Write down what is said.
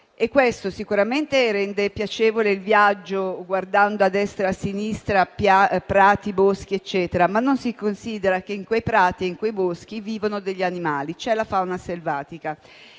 Questo sicuramente rende piacevole il viaggio, guardando a destra e a sinistra prati e boschi, ma non si considera che in quei prati e in quei boschi vivono animali, ossia la fauna selvatica.